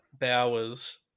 Bowers